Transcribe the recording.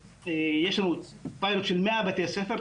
יש לנו פיילוט של 100 בתי ספר,